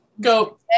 Go